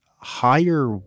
Higher